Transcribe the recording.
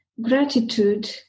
gratitude